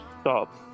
stop